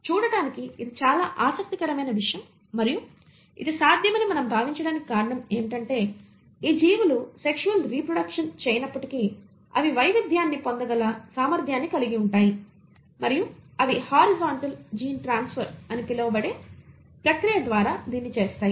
చూడటానికి ఇది చాలా ఆసక్తికరమైన విషయం మరియు ఇది సాధ్యమని మనం భావించడానికి కారణం ఏమిటంటే ఈ జీవులు సెక్షువల్ రీప్రొడెక్షన్ చేయనప్పటికీ అవి వైవిధ్యాన్ని పొందగల సామర్థ్యాన్ని కలిగి ఉంటాయి మరియు అవి హారిజాంటల్ జీన్ ట్రాన్స్ఫర్ అని పిలువబడే ప్రక్రియ ద్వారా దీన్ని చేస్తాయి